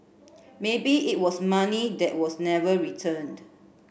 maybe it was money that was never returned